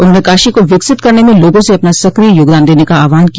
उन्होंने काशी को विकसित करने में लोगों से अपना सक्रिय योगदान देने का आह्वान किया